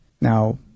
Now